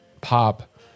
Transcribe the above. pop